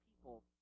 people